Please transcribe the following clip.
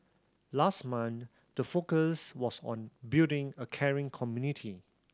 last month the focus was on building a caring community